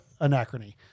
anachrony